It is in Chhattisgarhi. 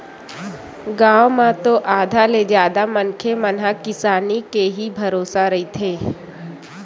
गाँव म तो आधा ले जादा मनखे मन ह किसानी के ही भरोसा रहिथे